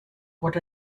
what